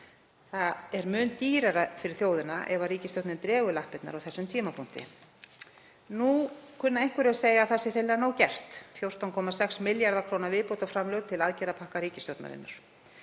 Það er mun dýrara fyrir þjóðina ef ríkisstjórnin dregur lappirnar á þessum tímapunkti. Nú kunna einhverjir að segja að það sé hreinlega nóg gert, 14,6 milljarða kr. viðbótarframlög til aðgerðapakka ríkisstjórnarinnar.